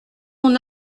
mon